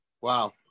Wow